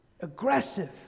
Aggressive